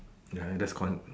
ya that's cons